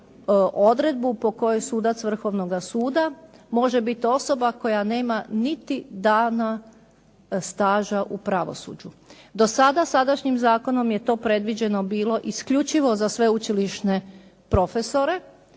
odredbu po kojoj sudac Vrhovnoga suda može biti osoba koja nema niti dana staža u pravosuđu. Do sada sadašnjim zakonom je to predviđeno bilo isključivo za sveučilišne profesore,